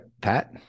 Pat